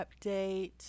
update